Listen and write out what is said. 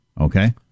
Okay